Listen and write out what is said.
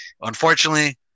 Unfortunately